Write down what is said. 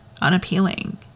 unappealing